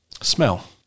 Smell